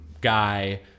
guy